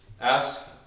ask